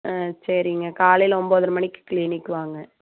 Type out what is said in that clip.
அ சரிங்க காலையில் ஒம்போதரை மணிக்கு க்ளீனிக்கு வாங்க